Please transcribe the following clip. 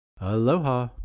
aloha